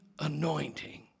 anointing